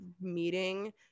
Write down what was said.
meeting